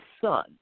son